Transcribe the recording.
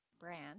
brand